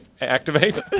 activate